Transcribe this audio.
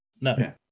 No